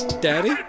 Daddy